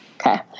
Okay